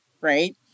right